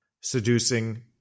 seducing